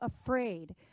afraid